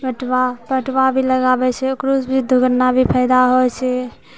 पटवा पटवा भी लगाबै छै ओकरोसँ भी दुगुना भी फायदा होइ छै